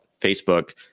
Facebook